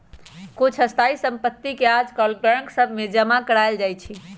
कुछ स्थाइ सम्पति के याजकाल बैंक सभ में जमा करायल जाइ छइ